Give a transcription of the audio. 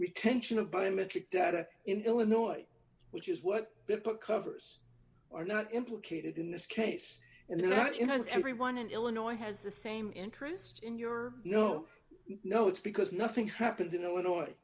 retention of biometric data in illinois which is what the book covers are not implicated in this case and that in and everyone in illinois has the same interest in your no no it's because nothing happened in illinois